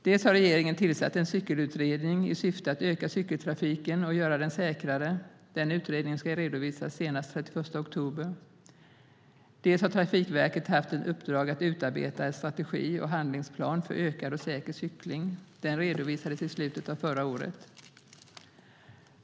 Dels har regeringen, i syfte att öka cykeltrafiken och göra den säkrare, tillsatt en cykelutredning som ska redovisas senast den 31 oktober, dels har Trafikverket haft ett uppdrag att utarbeta en strategi och handlingsplan för ökad och säker cykling som redovisades i slutet av förra året.